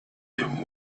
him